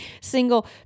single